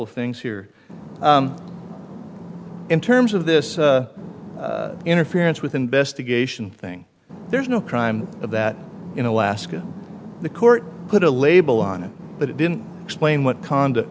things here in terms of this interference with investigation thing there's no crime of that in alaska the court put a label on it but it didn't explain what conduct